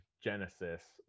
genesis